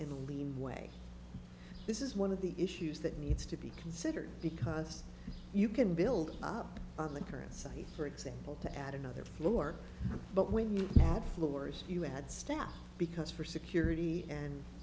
in the lean way this is one of the issues that needs to be considered because you can build up on the current site for example to add another floor but when you floors you add staff because for security and